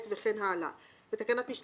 כן, בכל מקרה.